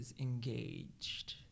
engaged